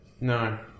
No